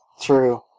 True